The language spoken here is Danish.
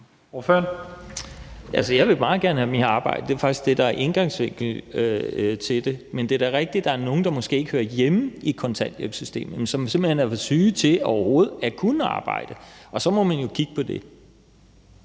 Jeg vil meget gerne have dem i arbejde. Det er faktisk det, der er indgangsvinklen til det. Men det er da rigtigt, at der måske er nogle, der ikke hører hjemme i kontanthjælpssystemet, og som simpelt hen er for syge til overhovedet at kunne arbejde, og så må man jo kigge på det.